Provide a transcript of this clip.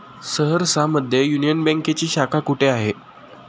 सहरसा मध्ये युनियन बँकेची शाखा कुठे आहे?